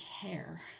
care